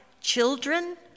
children